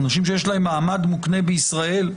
אנשים שיש להם מעמד מוקנה בישראל,